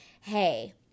hey